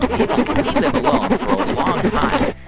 if you leave them alone for a long time,